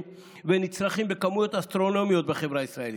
ונצרכים בכמויות אסטרונומיות בחברה הישראלית,